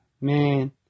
Man